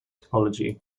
technology